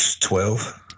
Twelve